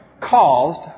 caused